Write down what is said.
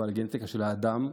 גנטיקה של האדם,